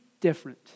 different